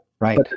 Right